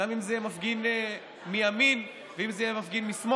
גם אם זה יהיה מפגין מימין וגם אם זה יהיה מפגין משמאל,